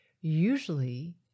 usually